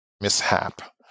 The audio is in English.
mishap